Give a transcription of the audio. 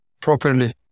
properly